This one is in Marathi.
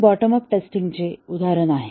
हे बॉटम अप टेस्टिंग चे उदाहरण आहे